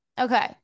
okay